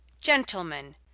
Gentlemen